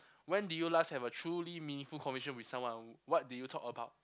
when did you last have a truly meaningful conversation with someone what did you talk about